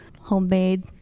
homemade